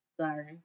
sorry